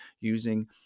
using